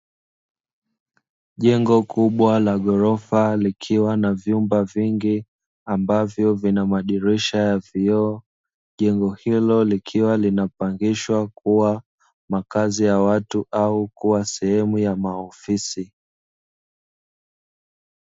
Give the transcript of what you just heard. Jengo kubwa la ghorofa likiwa na vyumba vingi ambavyo vina madirisha ya vioo. Jengo hilo likiwa linapangishwa kuwa makazi ya watu au kuwa sehemu ya maofisi.